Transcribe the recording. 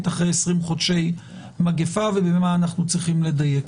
אחרי 20 חודשי מגפה ובמה אנחנו צריכים לדייק.